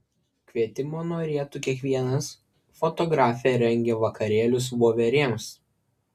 kvietimo norėtų kiekvienas fotografė rengia vakarėlius voverėms